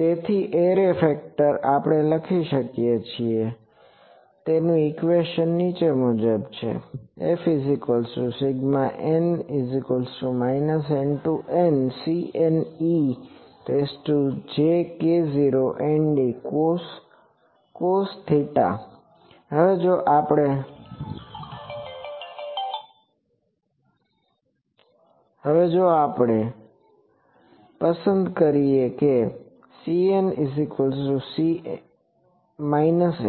તેથી array factor આપણે લખી શકીએ છીએ કે Fn nnCnejk0ndcos હવે જો આપણે પસંદ કરીએ કે CnC